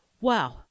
Wow